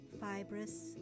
fibrous